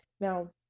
Now